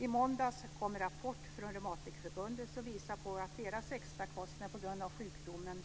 I måndags kom en rapport från Reumatikerförbundet som visar att reumatikernas extrakostnader på grund av sjukdomen